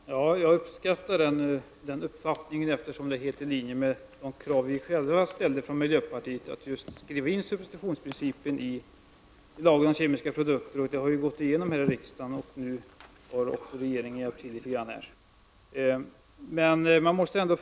Fru talman! Jag uppskattar att miljöministern ger uttryck för sin uppfattning här, vilken är helt i linje med de krav som vi i miljöpartiet ställer. Jag tänker då på detta med att skriva in just substitutionsprincipen i lagen om kemiska produkter. Detta har ju riksdagen gjort. Regeringen har också hjälpt till litet grand i det avseendet.